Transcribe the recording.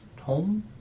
home